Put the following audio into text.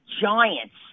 giants